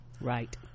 right